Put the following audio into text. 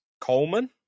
Coleman